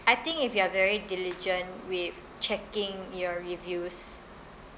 I think if you are very diligent with checking your reviews